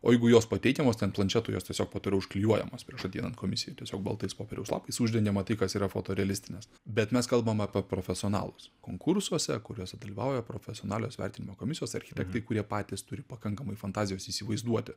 o jeigu jos pateikiamos ten planšetu jos tiesiog po to yra užklijuojamos prieš ateinant komisijai tiesiog baltais popieriaus lapais uždengiama tai kas yra foto realistinės bet mes kalbam apie profesionalus konkursuose kuriuose dalyvauja profesionalios vertinimo komisijos architektai kurie patys turi pakankamai fantazijos įsivaizduoti